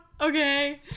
okay